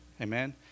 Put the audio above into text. Amen